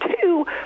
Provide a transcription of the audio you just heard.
two